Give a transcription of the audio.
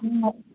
நீங்கள்